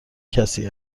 کسی